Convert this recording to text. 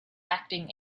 acting